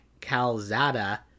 calzada